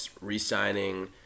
re-signing